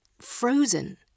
frozen. «